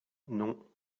non